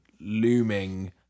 looming